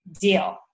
deal